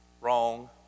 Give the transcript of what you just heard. Wrong